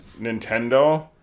Nintendo